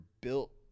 built